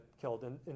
killed—and